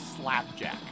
Slapjack